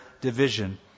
division